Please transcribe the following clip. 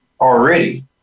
already